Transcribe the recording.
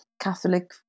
Catholic